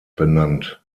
benannt